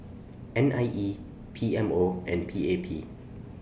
N I E P M O and P A P